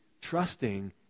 trusting